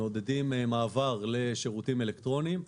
לשירותים אלקטרוניים.